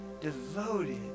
devoted